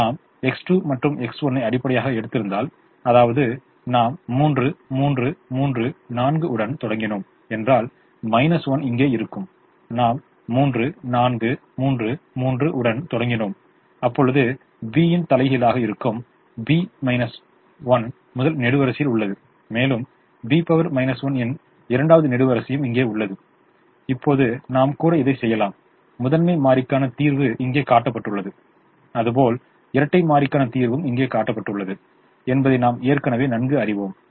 நாம் X2 மற்றும் X1 ஐ அடிப்படையாக எடுத்திருந்தால் அதாவது நாம் 3 3 3 4 உடன் தொடங்கினோம் என்றால் 1 இங்கே இருக்கும் நாம் 3 4 3 3 உடன் தொடங்கினோம் அப்பொழுது B ன் தலைகீழாக இருக்கும் B 1 முதல் நெடுவரிசையில் உள்ளது மேலும் B 1 இன் இரண்டாவது நெடுவரிசையும் இங்கே உள்ளது இப்போது நாம் கூட இதை செய்யலாம் முதன்மை மாறிக்கான தீர்வு இங்கே காட்டப்பட்டுள்ளது அதுபோல் இரட்டை மாறிக்கான தீர்வும் இங்கே காட்டப்பட்டுள்ளது என்பதை நாம் ஏற்கனவே நன்கு அறிவோம்